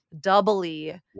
doubly